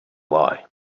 lie